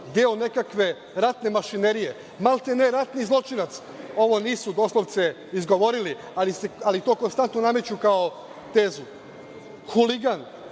deo nekakve ratne mašinerije, maltene ratni zločinac. Ovo nisu doslovce izgovorili, ali to konstantno nameću kao tezu: huligan,